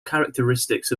characteristics